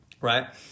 right